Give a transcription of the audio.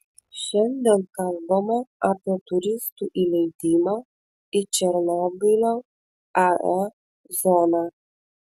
šiandien kalbama apie turistų įleidimą į černobylio ae zoną